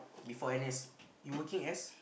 before N_S you working as